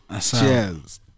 cheers